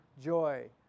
joy